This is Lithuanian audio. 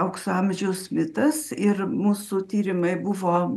aukso amžius litas ir mūsų tyrimai buvo